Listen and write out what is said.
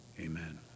Amen